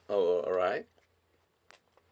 oh oh alright